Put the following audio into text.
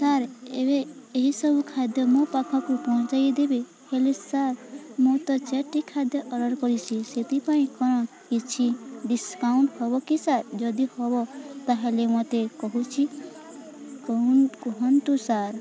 sir ଏବେ ଏହିସବୁ ଖାଦ୍ୟ ମୋ ପାଖକୁ ପହଞ୍ଚାଇ ଦେବେ ହେଲେ ସାର୍ ମୁଁ ତ ଚାରୋଟି ଖାଦ୍ୟ ଅର୍ଡ଼ର କରିସି ସେଥିପାଇଁ କ'ଣ କିଛି ଡିସକାଉଣ୍ଟ ହବ କି ସାର୍ ଯଦି ହବ ତାହେଲେ ମୋତେ କହୁଛି କୁହ କୁହନ୍ତୁ ସାର୍